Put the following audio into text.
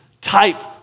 type